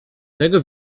tego